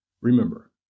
Remember